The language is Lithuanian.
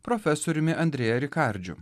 profesoriumi andrėja rikardžiu